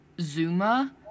Zuma